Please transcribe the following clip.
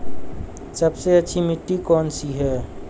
सबसे अच्छी मिट्टी कौन सी है?